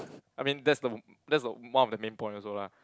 I mean that's the that's the one of the main point also lah